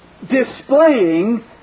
displaying